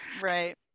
Right